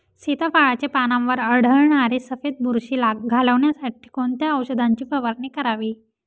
सीताफळाचे पानांवर आढळणारी सफेद बुरशी घालवण्यासाठी कोणत्या औषधांची फवारणी करावी?